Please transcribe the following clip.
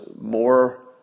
more